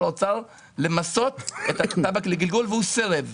האוצר למסות את הטבק לגלגול והוא סירב.